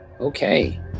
Okay